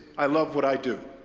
i love what i do.